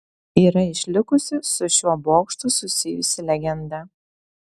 yra išlikusi su šiuo bokštu susijusi legenda